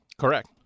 Correct